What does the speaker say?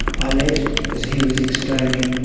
i left as he was exclaiming,